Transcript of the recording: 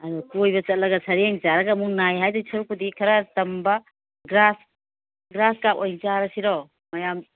ꯑꯗꯨ ꯀꯣꯏꯕ ꯆꯠꯂꯒ ꯁꯔꯦꯡ ꯆꯥꯔꯒ ꯑꯃꯨꯛ ꯅꯥꯏ ꯍꯥꯏꯗꯣꯏ ꯁꯔꯨꯛꯄꯨꯗꯤ ꯈꯔ ꯆꯝꯕ ꯒ꯭ꯔꯥꯁ ꯒ꯭ꯔꯥꯁ ꯀꯥꯞ ꯑꯣꯏ ꯆꯥꯔꯁꯤꯔꯣ ꯃꯌꯥꯝ